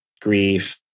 grief